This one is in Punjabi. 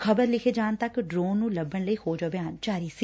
ਖ਼ਬਰ ਲਿਖੇ ਜਾਣ ਤੱਕ ਡਰੋਨ ਨੂੰ ਲੱਭਣ ਲਈ ਖੋਜ ਅਭਿਆਨ ਜਾਰੀ ਸੀ